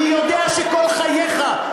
אני יודע שכל חייך,